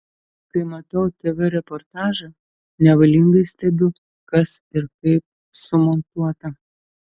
kai matau tv reportažą nevalingai stebiu kas ir kaip sumontuota